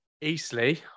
Eastleigh